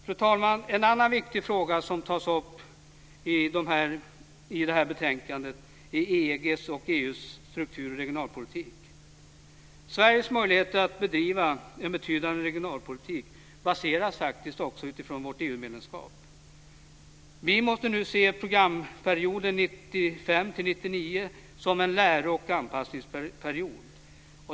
Fru talman! En annan viktig fråga som tas upp i detta betänkande är EG:s och EU:s struktur och regionalpolitik. Sveriges möjligheter att bedriva en betydande regionalpolitik baseras faktiskt också utifrån vårt EU-medlemskap. Vi måste nu se programperioden 1995-1999 som en läro och anpassningsperiod.